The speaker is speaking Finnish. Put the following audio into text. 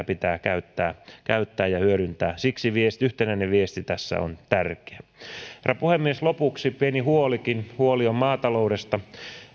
pitää käyttää käyttää ja hyödyntää siksi yhtenäinen viesti tässä on tärkeä herra puhemies lopuksi pieni huolikin huoli on maataloudesta